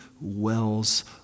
wells